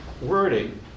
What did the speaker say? wording